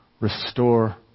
restore